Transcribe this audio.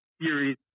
series